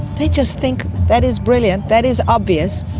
they just think that is brilliant, that is obvious.